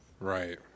Right